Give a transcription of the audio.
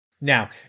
Now